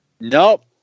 nope